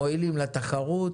מועילים לתחרות,